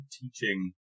teaching